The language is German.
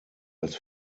als